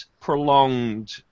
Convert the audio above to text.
prolonged